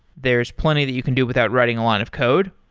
there's plenty that you can do without writing a lot of code,